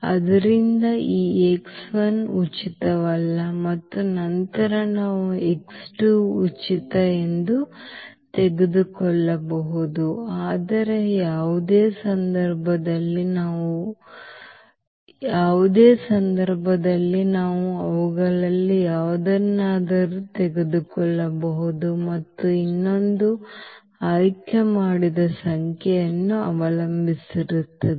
ಆದ್ದರಿಂದ ಈ ಉಚಿತವಲ್ಲ ಮತ್ತು ನಂತರ ನಾವು ಉಚಿತ ಎಂದು ತೆಗೆದುಕೊಳ್ಳಬಹುದು ಆದರೆ ಯಾವುದೇ ಸಂದರ್ಭದಲ್ಲಿ ಯಾವುದೇ ಸಂದರ್ಭದಲ್ಲಿ ನಾವು ಅವುಗಳಲ್ಲಿ ಯಾವುದನ್ನಾದರೂ ತೆಗೆದುಕೊಳ್ಳಬಹುದು ಮತ್ತು ಇನ್ನೊಂದು ಆಯ್ಕೆ ಮಾಡಿದ ಸಂಖ್ಯೆಯನ್ನು ಅವಲಂಬಿಸಿರುತ್ತದೆ